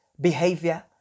behavior